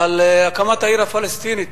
על הקמת העיר הפלסטינית,